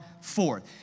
forth